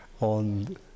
on